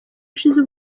ushize